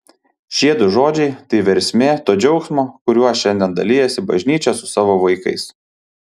šie du žodžiai tai versmė to džiaugsmo kuriuo šiandien dalijasi bažnyčia su savo vaikais